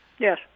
Yes